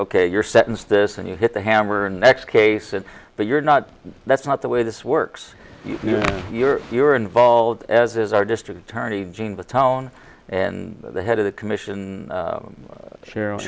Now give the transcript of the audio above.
ok you're sentenced this and you hit the hammer next case and but you're not that's not the way this works you're you're you're involved as is our district attorney gene the town and the head of the commission cheryl